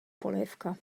polévka